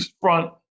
front